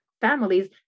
families